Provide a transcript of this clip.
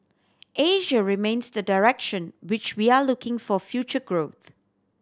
Asia remains the direction which we are looking for future growth